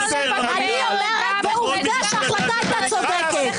אני אומרת, ועובדה שההחלטה הייתה צודקת.